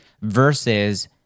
versus